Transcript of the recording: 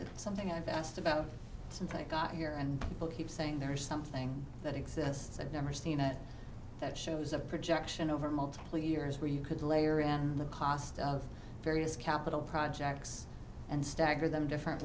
it's something i've asked about something i got here and keeps saying there is something that exists i've never seen it that shows a projection over multiple years where you could layer in the cost of various capital projects and stagger them different